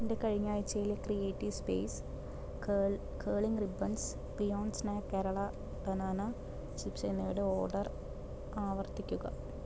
എന്റെ കഴിഞ്ഞ ആഴ്ചയിലെ creative space curling ribbons beyond snack Kerala banana chips എന്നിവയുടെ ഓർഡർ ആവർത്തിക്കുക